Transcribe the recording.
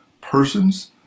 persons